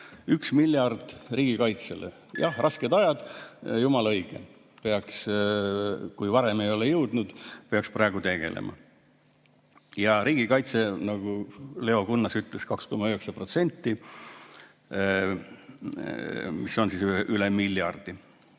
1 miljard riigikaitsele. Jah, rasked ajad. Jumala õige, kui varem ei ole jõudnud, peaks praegu sellega tegelema. Riigikaitsele, nagu Leo Kunnas ütles, läheb 2,9%, mis on siis üle miljardi.